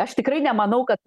aš tikrai nemanau kad